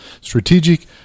Strategic